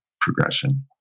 progression